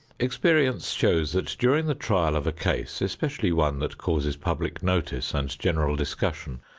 experience shows that during the trial of a case, especially one that causes public notice and general discussion,